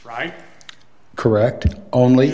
right correct only